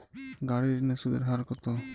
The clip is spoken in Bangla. গাড়ির ঋণের সুদের হার কতো?